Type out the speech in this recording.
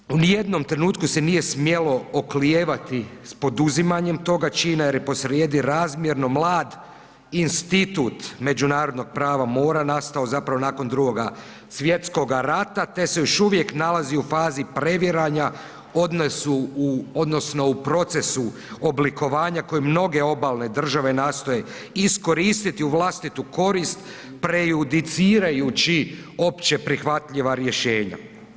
Zapravo u ni jednom trenutku se nije smjelo oklijevati s poduzimanjem toga čina jer je posrijedi razmjerno mlad institut međunarodnog prava mora nastavo zapravo nakon Drugog svjetskog rata te se još uvijek nalazi u fazi previranja odnosno u procesu oblikovanja koji mnoge obalne države nastoje iskoristiti u vlastitu korist prejudicirajući opće prihvatljiva rješenja.